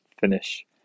finish